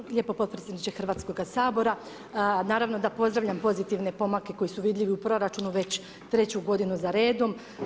Hvala lijepa podpredsjedniče Hrvatskoga sabora, naravno da pozdravljam pozitivne pomake koji su vidljivi u proračunu već 3 godinu za redom.